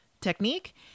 technique